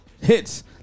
hits